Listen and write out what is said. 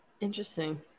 Interesting